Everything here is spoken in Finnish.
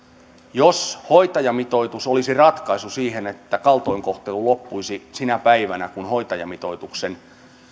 jos hoitajamitoitus olisi ratkaisu siihen että kaltoinkohtelu loppuisi sinä päivänä kun tulisi hoitajamitoituksen